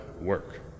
work